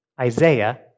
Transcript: Isaiah